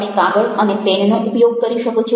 તમે કાગળ અને પેનનો ઉપયોગ કરી શકો છો